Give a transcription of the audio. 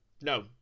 no